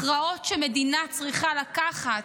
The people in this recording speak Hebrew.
הכרעות שמדינה צריכה לקחת,